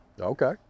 Okay